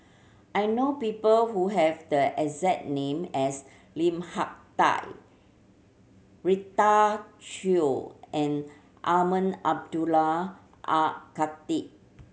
I know people who have the exact name as Lim Hak Tai Rita Chao and Umar Abdullah Al Khatib